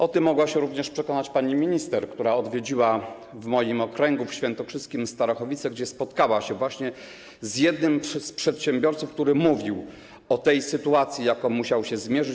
O tym mogła się również przekonać pani minister, która odwiedziła w moim okręgu, w Świętokrzyskiem, Starachowice, gdzie spotkała się właśnie z jednym z przedsiębiorców, który mówił o sytuacji, z jaką musiał się zmierzyć.